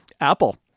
Apple